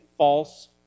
false